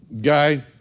guy